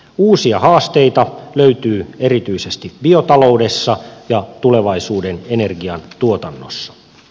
uusia haasteita löytyy erityisesti biotaloudessa ja tulevaisuuden energian tuotannossa